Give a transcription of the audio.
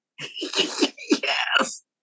Yes